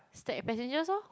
stack passengers lor